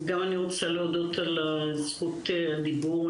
גם אני רוצה להודות על זכות הדיבור.